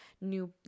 new